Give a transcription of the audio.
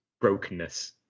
brokenness